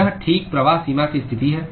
यह ठीक प्रवाह सीमा की स्थिति है